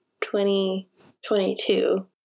2022